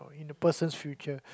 in the person's future